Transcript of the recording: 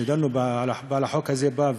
שדנו בחוק הזה בה,